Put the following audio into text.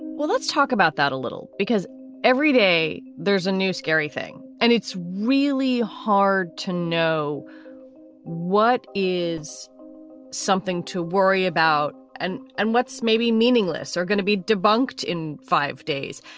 well, let's talk about that a little, because every day there's a new scary thing and it's really hard to know what is something to worry about. and and what's maybe meaningless are going to be debunked in five days.